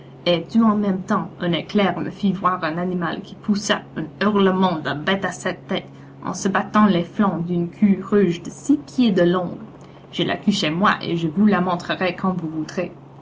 et tout en même temps un éclair me fit voir un animal qui poussa un hurlement de bête à sept têtes en se battant les flancs d'une queue rouge de six pieds de long j'ai la queue chez moi et je vous la montrerai quand vous voudrez